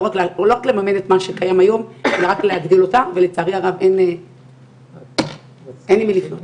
לא רק לממן את מה שקיים היום אלא להגדיל אותה ולצערי הרב אין למי לפנות.